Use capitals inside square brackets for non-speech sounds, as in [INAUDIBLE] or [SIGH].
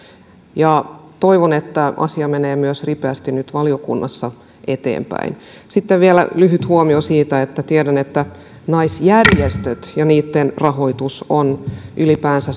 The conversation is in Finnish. toivon että asia menee myös ripeästi nyt valiokunnassa eteenpäin sitten vielä lyhyt huomio siitä että tiedän että naisjärjestöt ja niitten rahoitus on ylipäänsä [UNINTELLIGIBLE]